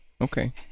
Okay